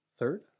third